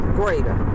greater